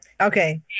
Okay